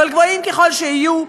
אבל גבוהים ככל שיהיו,